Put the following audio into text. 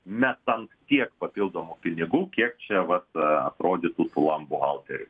metant tiek papildomų pinigų kiek čia vata aprodytų plombų autoriai